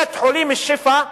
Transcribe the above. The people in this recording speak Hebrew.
בית-החולים "שיפא"